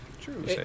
True